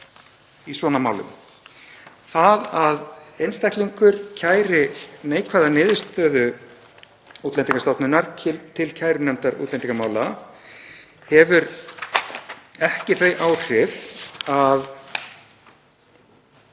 í svona málum. Það að einstaklingur kæri neikvæða niðurstöðu Útlendingastofnunar til kærunefndar útlendingamála hefur ekki þau áhrif að